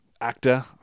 actor